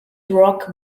rock